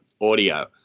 audio